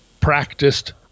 practiced